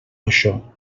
això